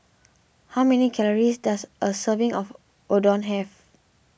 how many calories does a serving of Oden have